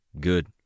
Good